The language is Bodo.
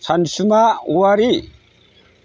सानसुमा औवारि